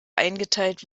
eingeteilt